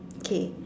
okay